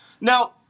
Now